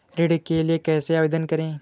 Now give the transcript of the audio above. ऋण के लिए कैसे आवेदन करें?